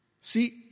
See